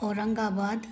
Aurangabad